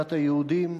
מדינת היהודים.